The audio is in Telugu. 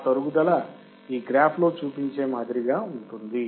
ఆ తరుగుదల ఈ గ్రాఫ్ చూపించే మాదిరిగానే ఉంటుంది